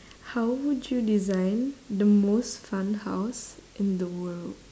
how would you design the most fun house in the world